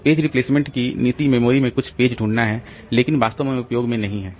तो page replacement की नीति मेमोरी में कुछ पेज ढूंढना है लेकिन वास्तव में उपयोग में नहीं है